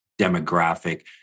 demographic